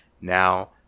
Now